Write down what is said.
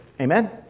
Amen